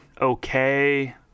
okay